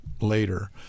later